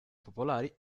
popolari